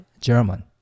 German